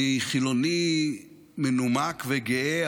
אני חילוני מנומק וגאה,